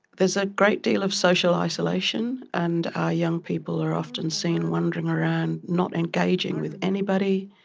there's a great deal of social isolation, and our young people are often seen wandering around not engaging with anybody,